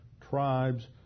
tribes